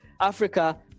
Africa